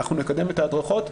אנחנו נקדם את ההדרכות.